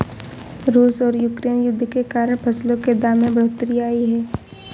रूस और यूक्रेन युद्ध के कारण फसलों के दाम में बढ़ोतरी आई है